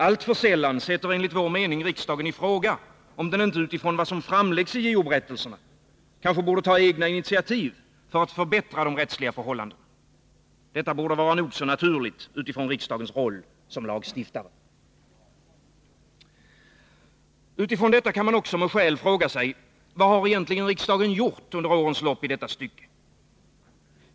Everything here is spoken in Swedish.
Alltför sällan sätter enligt vår mening riksdagen i fråga, om den inte utifrån vad som framläggs i JO-berättelserna borde ta egna initiativ för att förbättra de rättsliga förhållandena. Detta borde vara nog så naturligt utifrån riksdagens roll som lagstiftare. Utifrån detta kan man med skäl fråga sig: Vad har egentligen riksdagen under årens lopp gjort i detta stycke?